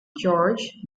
george